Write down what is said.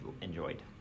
enjoyed